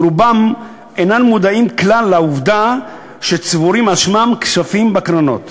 ורובם אינם מודעים כלל לעובדה שצבורים על שמם כספים בקרנות.